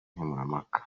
nkemurampaka